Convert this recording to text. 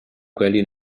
quelli